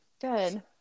good